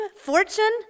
fortune